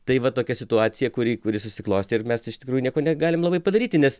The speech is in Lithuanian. tai va tokia situacija kuri kuri susiklostė ir mes iš tikrųjų nieko negalim labai padaryti nes